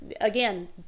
again